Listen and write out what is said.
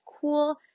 cool